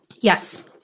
Yes